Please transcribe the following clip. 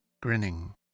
grinning